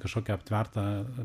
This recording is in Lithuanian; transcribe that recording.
kažkokį aptvertą